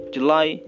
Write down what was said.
July